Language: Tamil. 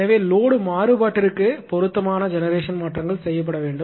எனவே லோடு மாறுபாட்டிற்கு பொருத்தமான ஜெனெரேஷன் மாற்றங்கள் செய்யப்பட வேண்டும்